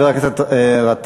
תודה, חבר הכנסת גטאס.